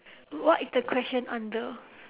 what is the question under